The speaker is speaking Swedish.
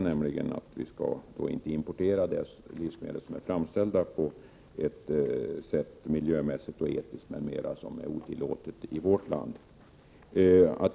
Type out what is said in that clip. Det betyder att vi inte skall importera livsmedel som är framställda på ett sätt som miljömässigt och etiskt m.m. är otillåtet i vårt land.